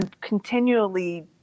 continually